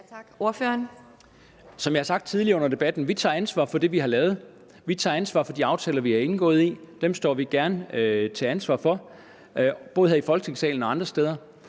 Som jeg har sagt tidligere under debatten, tager vi ansvar for det, vi har lavet. Vi tager ansvar for de aftaler, vi har indgået. Dem står vi gerne til ansvar for både her i Folketingssalen og andre steder.